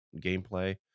gameplay